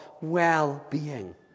well-being